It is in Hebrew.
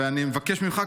ואני מבקש ממך,